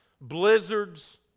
blizzards